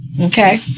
okay